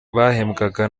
bahembwaga